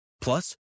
Plus